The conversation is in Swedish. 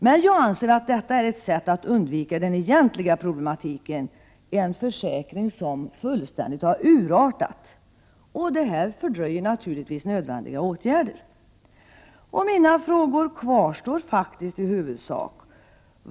Jag anser dock att detta är ett sätt att undvika den egentliga problematiken: en försäkring som fullständigt har urartat. Detta fördröjer naturligtvis nödvändiga åtgärder. Mina frågor kvarstår i huvudsak.